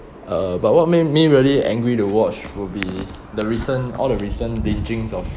uh but what made me really angry to watch will be the recent all the recent breaching of